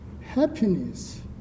happiness